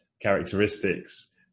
characteristics